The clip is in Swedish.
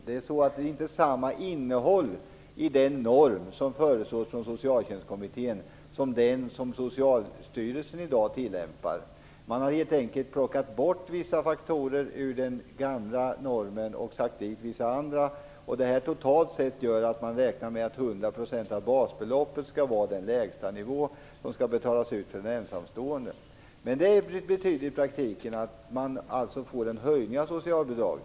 Det är inte samma innehåll i den norm som föreslås av Socialtjänstkommittén som i den som Socialstyrelsen i dag tillämpar. Man har helt enkelt plockat bort vissa faktorer ur den gamla normen och satt dit vissa andra. Detta gör totalt sett att man räknar med att 100 % av basbeloppet skall vara den lägsta nivå som skall betalas ut för en ensamstående. Men det betyder i praktiken en höjning av socialbidragen.